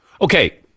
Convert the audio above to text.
Okay